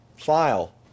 file